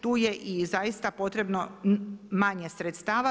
Tu je i zaista potrebno manje sredstava.